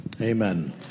Amen